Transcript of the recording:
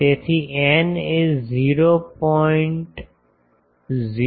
તેથી η એ 0